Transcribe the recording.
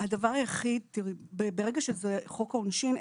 ברגע שזה חוק העונשין,